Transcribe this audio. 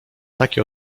takie